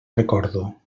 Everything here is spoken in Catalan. recordo